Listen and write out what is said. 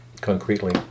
concretely